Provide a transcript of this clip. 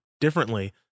differently